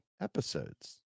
episodes